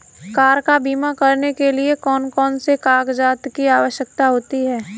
Car का बीमा करने के लिए कौन कौन से कागजात की आवश्यकता होती है?